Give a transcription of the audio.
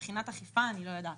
מבחינת אכיפה: אני לא יודעת.